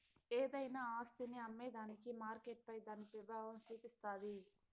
ఏదైనా ఆస్తిని అమ్మేదానికి మార్కెట్పై దాని పెబావం సూపిస్తాది